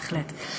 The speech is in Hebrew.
בהחלט.